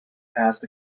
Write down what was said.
past